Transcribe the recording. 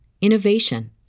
innovation